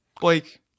Blake